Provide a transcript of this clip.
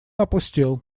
опустел